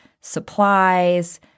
supplies